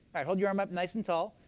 hold your arm up nice and tall.